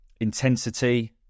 intensity